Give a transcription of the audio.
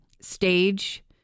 stage